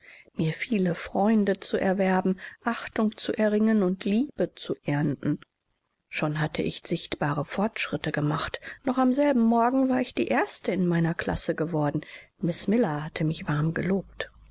mir viele freunde zu erwerben achtung zu erringen und liebe zu ernten schon hatte ich sichtbare fortschritte gemacht noch an demselben morgen war ich die erste in meiner klasse geworden miß miller hatte mich warm gelobt